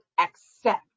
accept